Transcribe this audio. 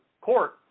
court